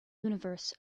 universe